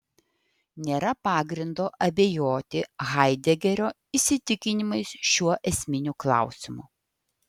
nėra pagrindo abejoti haidegerio įsitikinimais šiuo esminiu klausimu